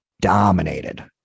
dominated